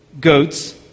goats